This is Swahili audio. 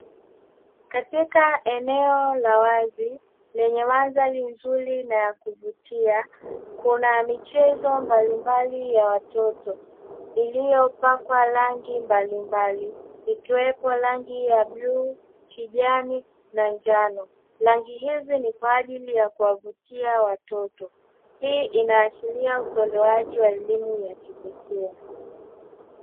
Katika eneo la wazi lenye uwanda mzuri na wa kuvutia, kuna michezo mbalimbali ya watoto iliyopakwa rangi mbalimbali, ikiwepo rangi ya blue, kijani, na njano. Rangi hizi ni kwa ajili ya kuwavutia watoto. Hii inaashiria utoaji wa elimu ya chekechea.